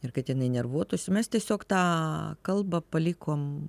ir kad jinai nervuotųsi mes tiesiog tą kalbą palikom